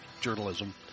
journalism